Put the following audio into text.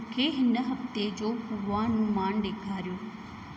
मूंखे हिन हफ़्ते जो पूर्वानुमानु ॾेखारियो